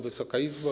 Wysoka Izbo!